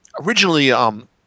originally